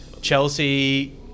Chelsea